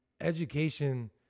education